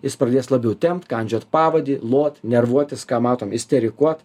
jis pradės labiau tempt kandžiot pavadį lot nervuotis ką matom isterikuot